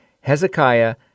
Hezekiah